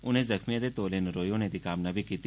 उनें जख्मियें दे तौले नरोए होने दी कामना बी कीती